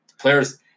players